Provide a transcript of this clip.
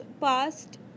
past